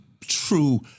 true